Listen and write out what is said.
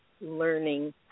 learning